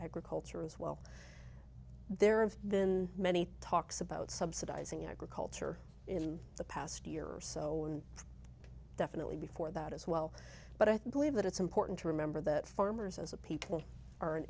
agriculture as well there have been many talks about subsidising agriculture in the past year or so definitely before that as well but i think believe that it's important to remember that farmers as a people ar